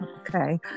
Okay